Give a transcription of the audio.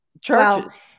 Churches